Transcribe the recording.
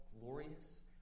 glorious